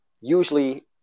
usually